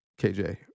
KJ